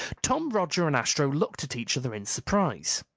tom, roger, and astro looked at each other in surprise.